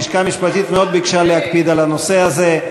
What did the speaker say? הלשכה המשפטית מאוד ביקשה להקפיד על הנושא הזה,